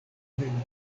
eventoj